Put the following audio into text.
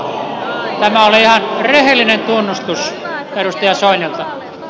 tämä oli ihan rehellinen tunnustus edustaja soinilta